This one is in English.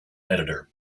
editor